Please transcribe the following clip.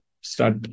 start